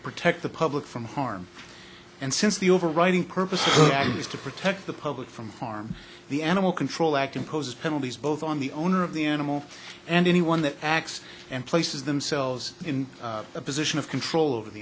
protect the public from harm and since the overriding purpose is to protect the public from harm the animal control act impose penalties both on the owner of the animal and anyone that acts and places themselves in a position of control over the